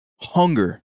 hunger